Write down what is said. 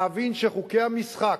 להבין שחוקי המשחק,